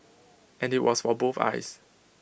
and IT was for both eyes